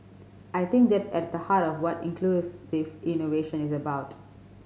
I think that's at the heart of what inclusive innovation is about